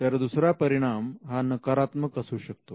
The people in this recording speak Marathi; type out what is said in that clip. तर दुसरा परिणाम हा नकारात्मक असू शकतो